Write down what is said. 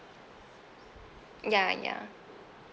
ya ya